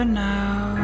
now